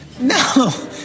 No